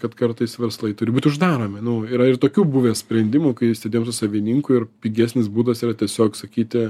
kad kartais verslai turi būti uždaromi nu yra ir tokių buvę sprendimų kai sėdėjom su savininku ir pigesnis būdas yra tiesiog sakyti